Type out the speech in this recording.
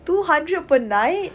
two hundred per night